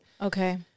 Okay